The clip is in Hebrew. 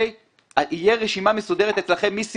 תהיה רשימה מסודרת אצלכם מי סימן.